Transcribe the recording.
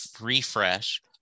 refresh